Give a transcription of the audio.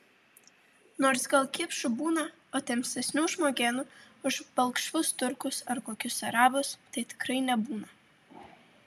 nors gal kipšų būna o tamsesnių žmogėnų už balkšvus turkus ar kokius arabus tai tikrai nebūna